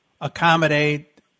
accommodate